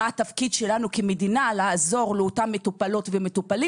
לחשוב מה התפקיד שלנו כמדינה לעזור לאותן מטופלות ומטופלים